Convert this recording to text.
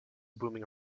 booming